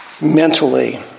mentally